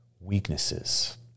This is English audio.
Weaknesses